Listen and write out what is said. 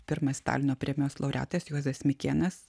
pirmas stalino premijos laureatas juozas mikėnas